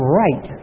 right